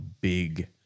big